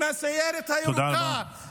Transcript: עם הסיירת הירוקה, תודה רבה.